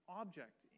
object